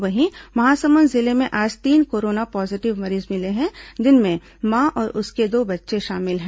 वहीं महासमुंद जिले में आज तीन कोरोना पॉजीटिव मरीज मिले हैं जिनमें मां और उसके दो बच्चे शामिल हैं